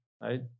Right